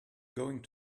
going